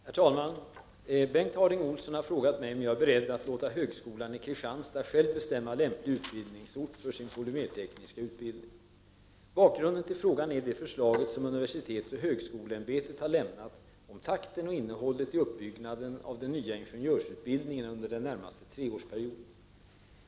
Herr talman! Bengt Harding Olson har frågat mig om jag är beredd att låta högskolan i Kristianstad själv bestämma lämplig utbildningsort för sin polymertekniska utbildning. Bakgrunden till frågan är det förslag som UHÄ har lämnat om takten och innehållet i uppbyggnaden av den nya ingenjörsutbildningen under den närmaste treårsperioden.